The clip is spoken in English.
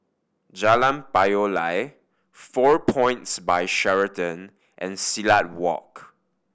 Jalan Payoh Lai Four Points By Sheraton and Silat Walk